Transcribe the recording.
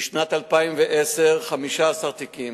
ובשנת 2010, 15 תיקים.